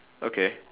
okay